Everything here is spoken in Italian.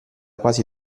quasi